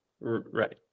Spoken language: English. Right